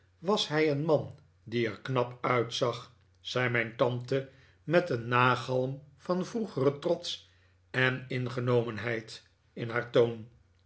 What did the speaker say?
was hij een man die er knap uitzag zei mijn tante met een nagalm van vroegeren trots en ingenomenheid in haar toon